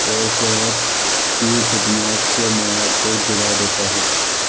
اور صحت کی خدمات کی معیار کو گرا دیتا ہے